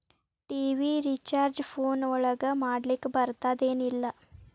TV recharge phone ಒಳಗ ಮಾಡ್ಲಿಕ್ ಬರ್ತಾದ ಏನ್ ಇಲ್ಲ?